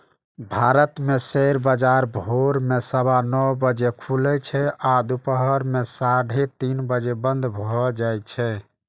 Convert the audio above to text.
भारत मे शेयर बाजार भोर मे सवा नौ बजे खुलै छै आ दुपहर मे साढ़े तीन बजे बंद भए जाए छै